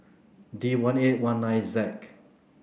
D one eight one nine Z